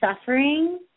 suffering